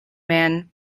man